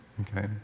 Okay